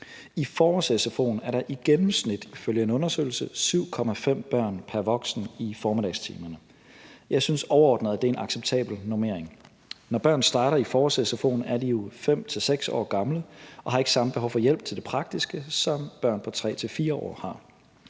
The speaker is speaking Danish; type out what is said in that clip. en undersøgelse i gennemsnit 7,5 børn pr. voksen i formiddagstimerne. Jeg synes overordnet, at det er en acceptabel normering. Når børn starter i forårs-sfo'en er de jo 5-6 år gamle og har ikke samme behov for hjælp til det praktiske, som børn på 3-4 år har.